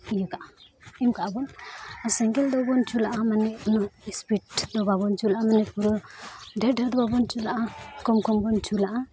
ᱤᱭᱟᱹᱠᱟᱜᱼᱟ ᱮᱢᱠᱟᱜ ᱟᱵᱚᱱ ᱮᱢ ᱠᱟᱜᱼᱟ ᱵᱚᱱ ᱟᱨ ᱥᱮᱸᱜᱮᱞ ᱫᱚᱵᱚᱱ ᱡᱩᱞᱟᱜᱼᱟ ᱢᱟᱱᱮ ᱩᱱᱟᱹᱜ ᱫᱚ ᱵᱟᱵᱚᱱ ᱡᱩᱞᱟᱜᱼᱟ ᱢᱟᱱᱮ ᱯᱩᱨᱟᱹ ᱰᱷᱮᱨᱼᱰᱷᱮᱨ ᱫᱚ ᱵᱟᱵᱚᱱ ᱡᱩᱞᱟᱜᱼᱟ ᱠᱚᱢᱼᱠᱚᱢ ᱵᱚᱱ ᱡᱩᱞᱟᱜᱼᱟ